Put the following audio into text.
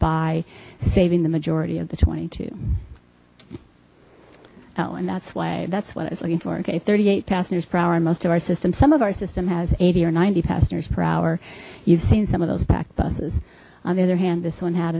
thereby saving the majority of the twenty two oh and that's why that's what i was looking for okay thirty eight passengers per hour and most of our system some of our system has eighty or ninety passengers per hour you've seen some of those packed buses on the other hand this one had